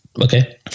Okay